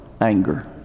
anger